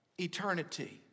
Eternity